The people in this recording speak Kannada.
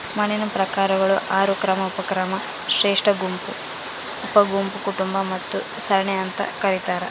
ಮಣ್ಣಿನ ಪ್ರಕಾರಗಳು ಆರು ಕ್ರಮ ಉಪಕ್ರಮ ಶ್ರೇಷ್ಠಗುಂಪು ಉಪಗುಂಪು ಕುಟುಂಬ ಮತ್ತು ಸರಣಿ ಅಂತ ಕರೀತಾರ